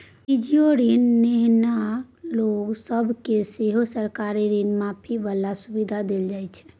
निजीयो ऋण नेनहार लोक सब केँ सेहो सरकारी ऋण माफी बला सुविधा देल जाइ छै